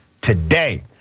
today